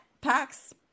packs